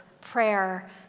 Prayer